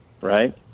right